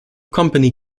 company